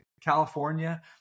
California